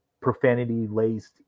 profanity-laced